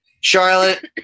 Charlotte